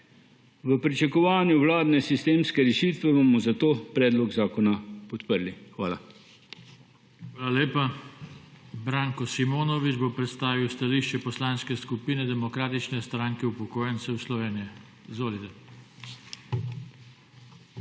V pričakovanju vladne sistemske rešitve bomo zato predlog zakona podprli. Hvala. PODPREDSEDNIK JOŽE TANKO: Hvala lepa. Branko Simonovič bo predstavil stališče Poslanske skupine Demokratične stranke upokojencev Slovenije. Izvolite. BRANKO